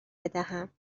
بدهم